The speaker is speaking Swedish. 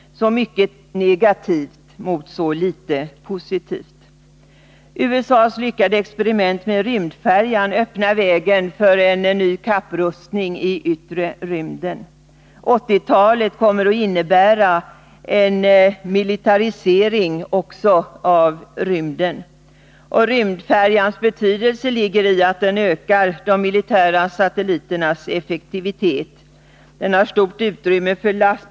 Så mycket negativt mot så litet positivt! USA:s lyckade experiment med sin rymdfärja öppnar vägen för en ny kapprustning i yttre rymden. 1980-talet kommer att innebära en militarisering också av rymden. Rymdfärjans betydelse ligger i att man därmed ökar de militära satelliternas effektivitet. Färjan har stort utrymme för last.